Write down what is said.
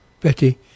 Betty